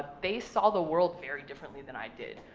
they saw the world very differently than i did,